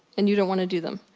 and you don't wanna do them.